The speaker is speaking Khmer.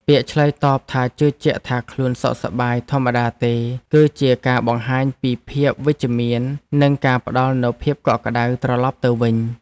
ពាក្យឆ្លើយតបថាជឿជាក់ថាខ្លួនសុខសប្បាយធម្មតាទេគឺជាការបង្ហាញពីភាពវិជ្ជមាននិងការផ្ដល់នូវភាពកក់ក្តៅត្រឡប់ទៅវិញ។